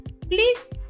please